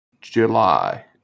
July